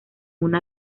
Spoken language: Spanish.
una